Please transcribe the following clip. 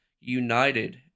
United